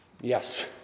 yes